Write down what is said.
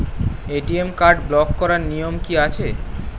ATM card block করার নিয়ম কি আছে?